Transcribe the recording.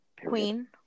Queen